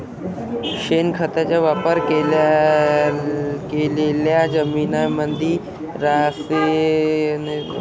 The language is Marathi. शेणखताचा वापर केलेल्या जमीनीमंदी रासायनिक खत टाकता येईन का?